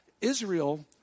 Israel